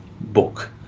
book